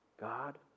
God